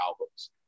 albums